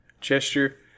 Gesture